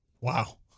Wow